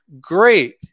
great